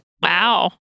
Wow